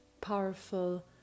powerful